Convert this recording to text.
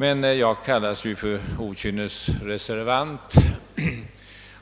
Jag har emellertid kallats för okynnesreservant,